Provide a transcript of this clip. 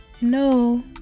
No